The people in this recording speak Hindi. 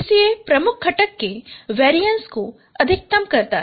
PCA प्रमुख घटक के वेरीएंस को अधिकतम करता है